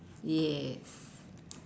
yes